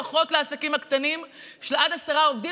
לפחות לעסקים הקטנים של עד עשרה עובדים,